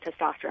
testosterone